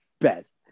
best